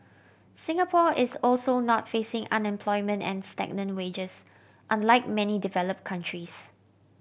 Singapore is also not facing unemployment and stagnant wages unlike many developed countries